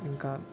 ఇంకా